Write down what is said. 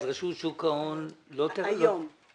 אז רשות שוק ההון לא תוכל לפקח?